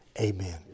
amen